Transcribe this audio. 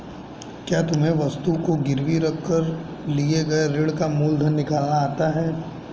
क्या तुम्हें वस्तु को गिरवी रख कर लिए गए ऋण का मूलधन निकालना आता है?